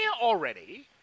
already